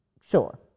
sure